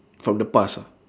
from the past ah